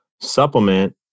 supplement